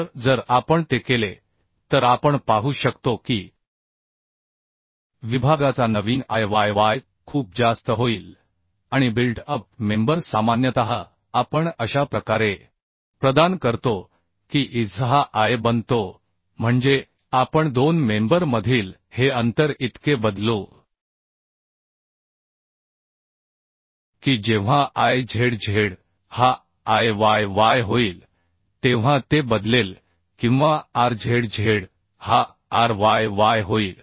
तर जर आपण ते केले तर आपण पाहू शकतो की विभागाचा नवीन Iyy खूप जास्त होईल आणि बिल्ट अप मेंबर सामान्यतः आपण अशा प्रकारे प्रदान करतो की Izz हा Iyy बनतो म्हणजे आपण दोन मेंबर मधील हे अंतर इतके बदलू की जेव्हा Izz हा Iyy होईल तेव्हा ते बदलेल किंवा rzz हा ryy होईल